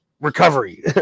recovery